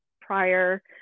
prior